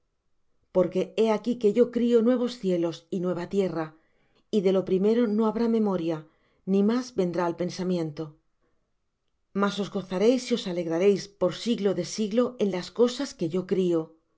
cielos y nueva tierra y de lo primero no habrá memoria ni más vendrá al pensamiento mas os gozaréis y os alegraréis por siglo de siglo en las cosas que yo crío